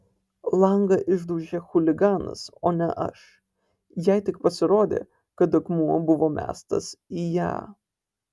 langą išdaužė chuliganas o ne aš jai tik pasirodė kad akmuo buvo mestas į ją